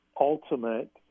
ultimate